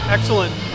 Excellent